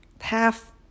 half